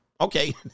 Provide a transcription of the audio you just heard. Okay